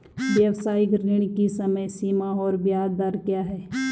व्यावसायिक ऋण की समय सीमा और ब्याज दर क्या है?